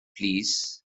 plîs